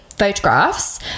photographs